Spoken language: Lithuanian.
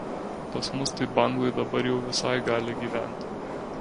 pas mus tai banglai dabar jau visai gali gyvent